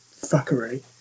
fuckery